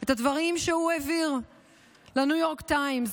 את הדברים שהוא העביר לניו יורק טיימס,